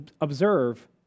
observe